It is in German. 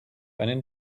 einen